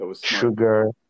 sugar